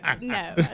No